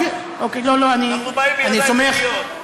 אנחנו באים בידיים נקיות.